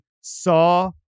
saw